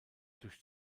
durch